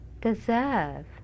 deserve